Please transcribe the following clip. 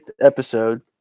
episode